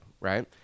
Right